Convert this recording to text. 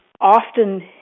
often